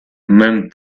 men